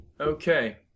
Okay